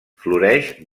floreix